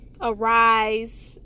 arise